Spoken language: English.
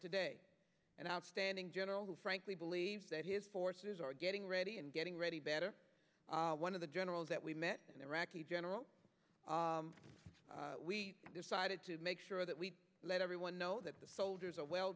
today and outstanding general who frankly believes that his forces are getting ready and getting ready better one of the generals that we met an iraqi general we decided to make sure that we let everyone know that the soldiers are well